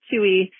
chewy